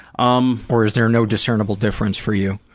um or is there no discernible difference for you?